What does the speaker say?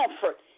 comfort